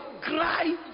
cry